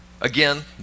again